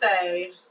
say